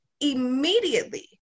immediately